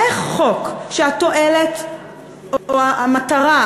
איך חוק שהתועלת או המטרה,